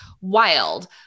wild